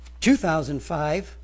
2005